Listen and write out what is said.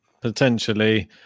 potentially